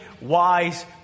Wise